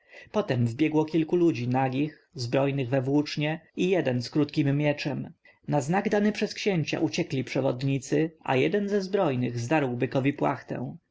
potem wbiegło kilku ludzi nagich zbrojnych we włócznie i jeden z krótkim mieczem na znak dany przez księcia uciekli przewodnicy a jeden ze zbrojnych zdarł bykowi płachtę